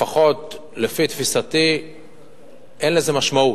לפחות לפי תפיסתי אין לזה משמעות,